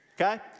okay